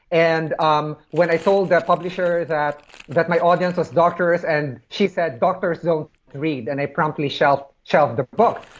and um when i told the publisher that that my audience was doctors, and she said, doctors will read and they promptly shelve shelve the book.